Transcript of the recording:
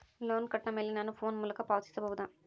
Loan ಕೊಟ್ಟ ಮೇಲೆ ನಾನು ಫೋನ್ ಮೂಲಕ ಪಾವತಿಸಬಹುದಾ?